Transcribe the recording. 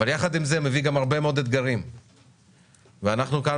אבל יחד עם זה מביא גם הרבה מאוד אתגרים ואנחנו כאן